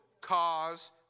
cause